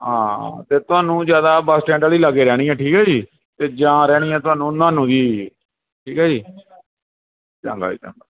ਹਾਂ ਅਤੇ ਤੁਹਾਨੂੰ ਜ਼ਿਆਦਾ ਬਸ ਸਟੈਂਡ ਵਾਲੀ ਲਾਗੇ ਰਹਿਣੀ ਆ ਠੀਕ ਹੈ ਜੀ ਅਤੇ ਜਾਂ ਰਹਿਣੀ ਆ ਤੁਹਾਨੂੰ ਨਾਨੂ ਦੀ ਠੀਕ ਹੈ ਜੀ ਚੰਗਾ ਜੀ ਚੰਗਾ